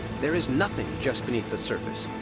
there is nothing just beneath the surface,